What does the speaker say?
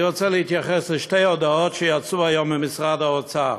אני רוצה להתייחס לשתי הודעות שיצאו היום ממשרד האוצר: